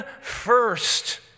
first